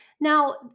Now